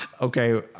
Okay